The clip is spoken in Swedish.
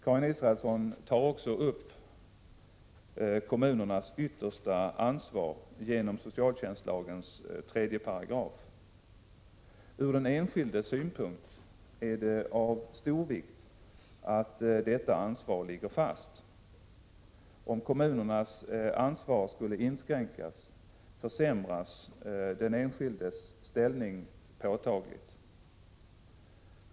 Karin Israelsson tar också upp kommunernas yttersta ansvar genom socialtjänstlagens 3 §. Ur den enskildes synpunkt är det av stor vikt att detta ansvar ligger fast. Om kommunernas ansvar skulle inskränkas försämras den enskildes ställning påtagligt.